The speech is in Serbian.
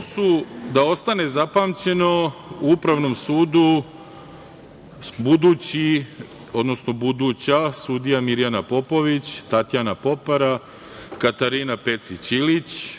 su, da ostane zapamćeno, u Upravnom sudu – buduća sudija Mirjana Popović, Tatjana Popara, Katarina Pecić Ilić,